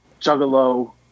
Juggalo